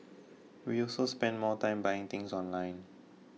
we also spend more time buying things online